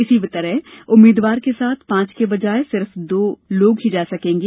इसी तरह उम्मीद्वार के साथ पांच के बजाय सिर्फ दो लोग ही जा सकेंगे